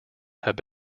have